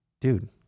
dude